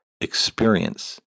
experience